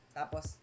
tapos